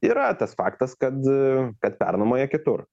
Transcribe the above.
yra tas faktas kad kad pernuomoja kitur